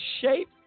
shape